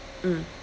mm